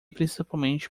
principalmente